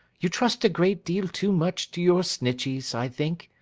you trust a great deal too much to your snitcheys, i think,